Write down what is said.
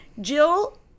Jill